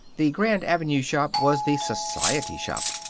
the grand avenue shop was the society shop.